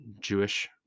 Jewish